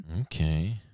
okay